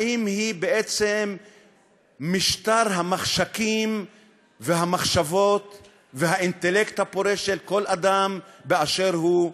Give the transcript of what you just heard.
האם היא בעצם משטר המחשכים למחשבות והאינטלקט הפורה של כל אדם באשר הוא?